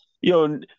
Yo